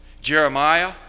Jeremiah